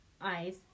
eyes